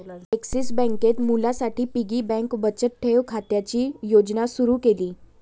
axis बँकेत मुलांसाठी piggy bank बचत ठेव खात्याची योजना सुरू केली